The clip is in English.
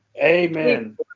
Amen